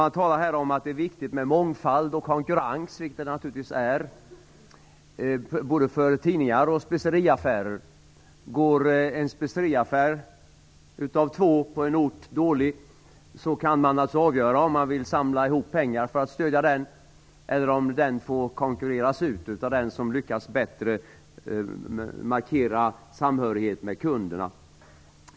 Man talade här om att det är viktigt med mångfald och konkurrens, vilket det naturligtvis är, både för tidningar och för speceriaffärer. Går en speceriaffär av två på en ort dåligt kan man naturligtvis avgöra om man vill samla ihop pengar för att stödja den eller om den skall få konkurreras ut av den som bättre lyckas markera samhörighet med kunderna.